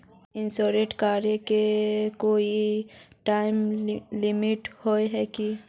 Insurance कराए के कोई टाइम लिमिट होय है की?